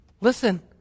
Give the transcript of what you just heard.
Listen